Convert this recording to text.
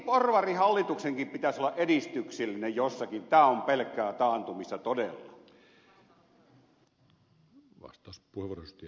porvarihallituksenkin pitäisi olla edistyksellinen jossakin tämä on pelkkää taantumista todella